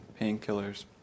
painkillers